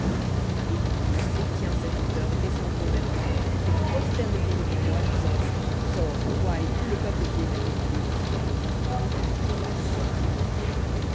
et tous ces tiens serviteurs descendront vers moi et se prosterneront devant moi disant sors toi et tout le peuple qui est à tes pieds et après cela je sortirai